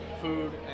food